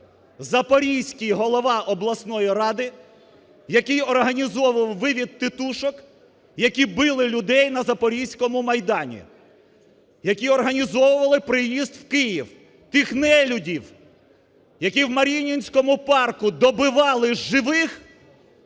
запорізький голова обласної ради, який організовував вивід тітушок, які били людей на запорізькому Майдані, які організовували приїзд в Київ тих нелюдів, які в Маріїнському парку добивали живих,